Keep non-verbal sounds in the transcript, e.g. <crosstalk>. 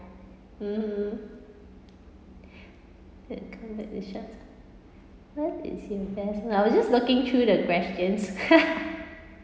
mm no I was just looking through the questions <laughs>